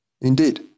Indeed